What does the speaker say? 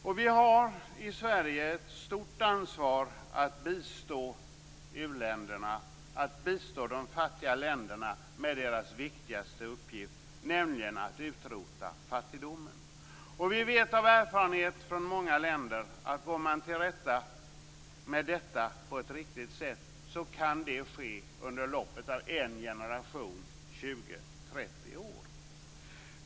Och vi har i Sverige ett stort ansvar att bistå uländerna, de fattiga länderna, i deras viktigaste uppgift, nämligen att utrota fattigdomen. Vi vet av erfarenhet från många länder att detta, om man kommer till rätta med det på ett riktigt sätt, kan det ske under loppet av en generation, 20-30 år.